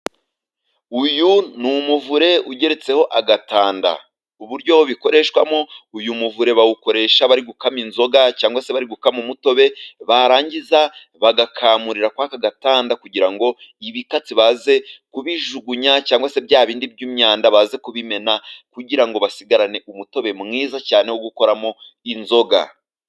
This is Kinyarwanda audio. Uyu ni umuvure ugeretseho agatanda. Uburyo bikoreshwamo, uyu muvure bawukoresha bari gukama inzoga cyangwa se bari gukama umutobe, barangiza bagakamurira kuri aka gatanda, kugira ngo ibikatsi baze kubijugunya cyangwa se bya bindi by'imyanda baze kubimena, kugira ngo basigarane umutobe mwiza cyane wo gukoramo inzoga.